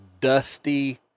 dusty